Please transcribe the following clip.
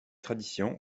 traditions